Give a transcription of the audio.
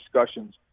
discussions